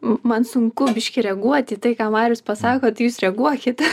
man sunku biškį reaguoti į tai ką marius pasakotai jūs reaguokit